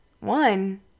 One